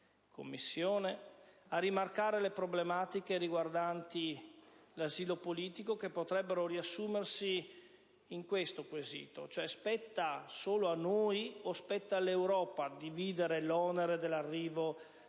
Commissione le problematiche riguardanti l'asilo politico, che potrebbero riassumersi nel seguente quesito: spetta solo a noi, o spetta all'Europa, dividere l'onere dell'arrivo